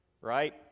Right